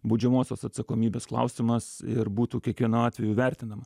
baudžiamosios atsakomybės klausimas ir būtų kiekvienu atveju vertinama